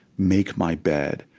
make my bed,